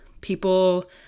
People